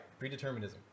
Predeterminism